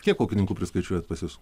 kiek ūkininkų priskaičiuojat pas jus